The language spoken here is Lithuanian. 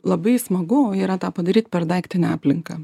labai smagu yra tą padaryt per daiktinę aplinką